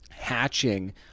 hatching